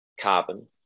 carbon